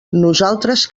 nosaltres